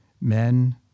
men